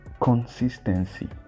consistency